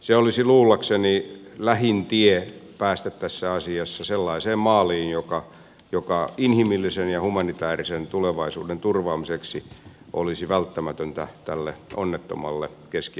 se olisi luullakseni lähin tie päästä tässä asiassa sellaiseen maaliin joka inhimillisen ja humanitäärisen tulevaisuuden turvaamiseksi olisi välttämätöntä tälle onnettomalle keski afrikan tasavallalle